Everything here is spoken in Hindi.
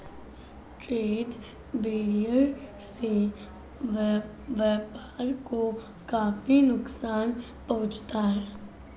ट्रेड बैरियर से व्यापार को काफी नुकसान पहुंचता है